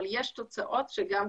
אבל יש תוצאות שגם,